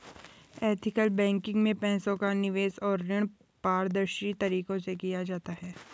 ethical banking में पैसे का निवेश और ऋण पारदर्शी तरीके से किया जाता है